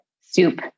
soup